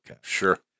sure